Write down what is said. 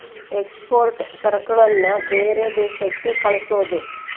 export ಸರಕುಗಳನ್ನ ಬೇರೆ ದೇಶಕ್ಕೆ ಕಳ್ಸೋದು